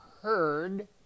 heard